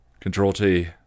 Control-T